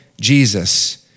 Jesus